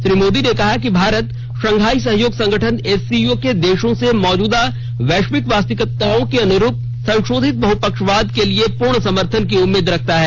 श्री मोदी ने कहा कि भारत शंघाई सहयोग संगठन एससीओ के देशों से मौजूदा वैश्विक वास्तविकताओं के अनुरूप संशोधित बहपक्षवाद के लिए पूर्ण समर्थन की उम्मीद रखता है